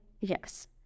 Yes